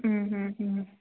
മ്മ് മ്മ് മ്